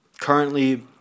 currently